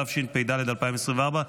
התשפ"ד 2024,